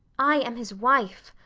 i am his wife.